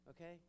okay